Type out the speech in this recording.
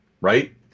right